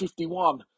51